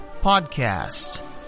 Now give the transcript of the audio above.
podcast